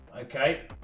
Okay